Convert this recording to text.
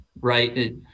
right